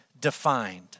defined